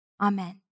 Amen